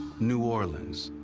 new orleans.